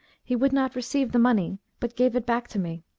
he would not receive the money, but gave it back to me